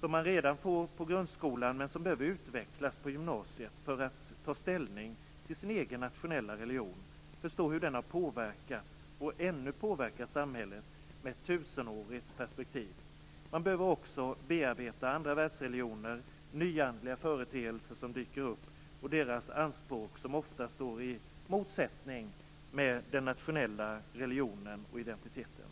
som de redan får i grundskolan, som utvecklas på gymnasiet för att ta ställning till sin egen nationella religion, förstå hur den har påverkat och ännu påverkar samhället med tusenårigt perspektiv. Eleverna behöver också bearbeta andra världsreligioner, nyandliga företeelser som dyker upp, och deras anspråk, som oftast står i motsättning till den nationella religionen och identiteten.